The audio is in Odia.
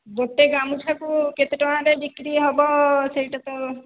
ଗୋଟିଏ ଗାମୁଛା କୁ କେତେ ଟଙ୍କା ରେ ବିକ୍ରି ହେବ ସେଇଟା ତ